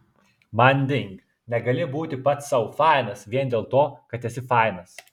manding negali būti pats sau fainas vien dėl to kad esi fainas